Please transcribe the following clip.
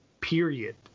period